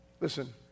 Listen